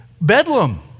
bedlam